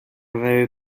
very